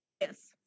Yes